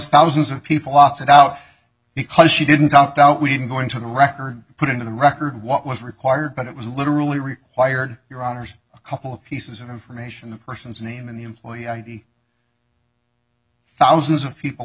thousands of people opted out because she didn't opt out we didn't go into the record put into the record what was required but it was literally required your honour's a couple of pieces of information the person's name in the employee id thousands of people